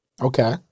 Okay